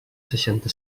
seixanta